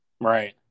Right